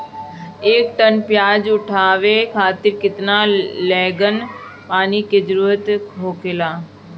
एक टन प्याज उठावे खातिर केतना गैलन पानी के जरूरत होखेला?